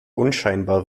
unscheinbar